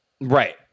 Right